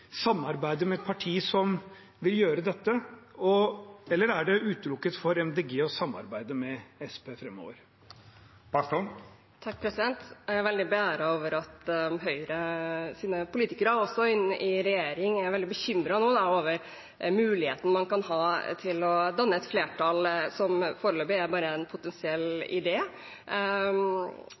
samarbeide med et parti som vil gjøre dette, eller er det utelukket for Miljøpartiet De Grønne å samarbeide med Senterpartiet framover? Jeg er veldig beæret over at Høyres politikere, også i regjering, nå er veldig bekymret for muligheten for at man kan danne et flertall som foreløpig er bare en potensiell